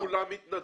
ואם כולם מתנדבים?